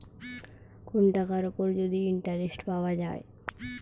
কোন টাকার উপর যদি ইন্টারেস্ট পাওয়া যায়